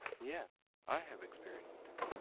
yes, i have experienced it.